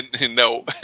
No